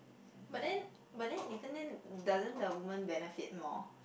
but then but then even then doesn't the women benefit more